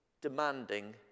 demanding